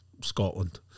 Scotland